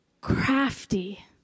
Crafty